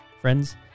Friends